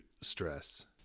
stress